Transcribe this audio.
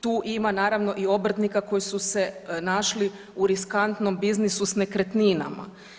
Tu ima naravno, i obrtnika koji se našli u riskantnom biznisu s nekretninama.